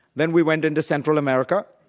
then we went into central america.